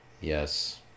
yes